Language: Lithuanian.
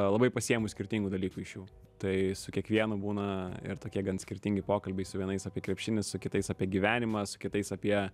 labai pasiimu skirtingų dalykų iš jų tai su kiekvienu būna ir tokie gan skirtingi pokalbiai su vienais apie krepšinį su kitais apie gyvenimą su kitais apie